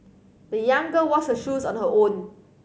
the young girl washed her shoes on her own